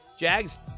Jags